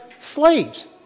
slaves